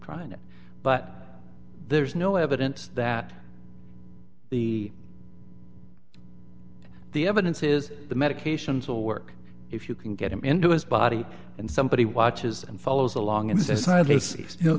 trying it but there's no evidence that the the evidence is the medications will work if you can get him into his body and somebody watches and follows along and